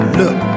look